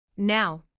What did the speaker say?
Now